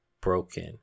broken